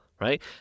right